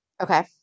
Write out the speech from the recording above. Okay